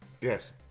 Yes